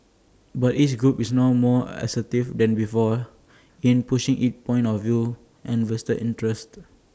but each group is now more assertive than before in pushing its point of view and vested interests